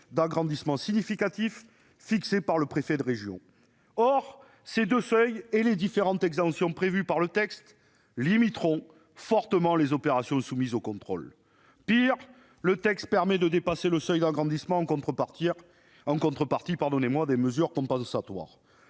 d'agrandissement significatif fixé par le préfet de région. Or ces deux seuils, ainsi que les différentes exemptions prévues par le texte, limiteront fortement les opérations soumises au contrôle. Pis, le texte permet de dépasser le seuil d'agrandissement en contrepartie de mesures compensatoires.